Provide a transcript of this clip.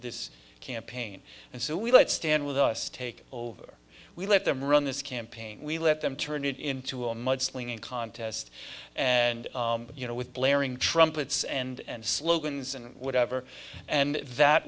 this campaign and so we let stand with us take over we let them run this campaign we let them turn it into a mud slinging contest and you know with blaring trumpets and slogans and whatever and that